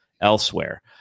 elsewhere